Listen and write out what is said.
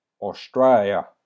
Australia